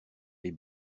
les